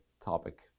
topic